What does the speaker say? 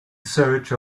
search